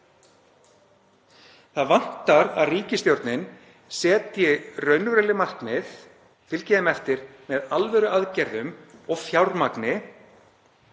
Það vantar að ríkisstjórnin setji raunveruleg markmið, fylgi þeim eftir með alvöruaðgerðum og fjármagni